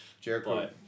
Jericho